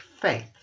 faith